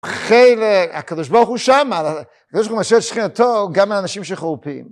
הקב"ה שמה, הקב"ה משרה את שכינתו גם על אנשים שחורפים.